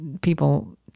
people